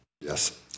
Yes